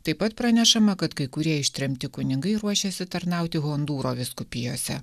taip pat pranešama kad kai kurie ištremti kunigai ruošėsi tarnauti hondūro vyskupijose